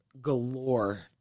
galore